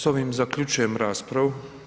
S ovim zaključujem raspravu.